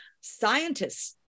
scientists